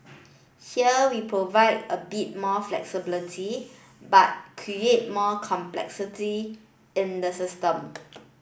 here we provide a bit more flexibility but create more complexity in the system